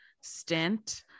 stint